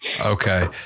okay